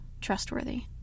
trustworthy